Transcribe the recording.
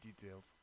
details